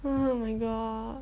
oh my god